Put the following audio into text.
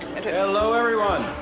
hello everyone.